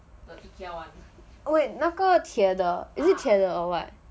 oh wait 那个铁的 is it 铁的 or what